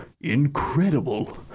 incredible